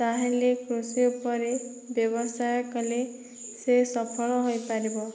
ତାହେଲେ କୃଷି ଉପରେ ବ୍ୟବସାୟ କଲେ ସେ ସଫଳ ହୋଇପାରିବ